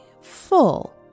full